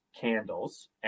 candles